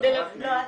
לא חסר.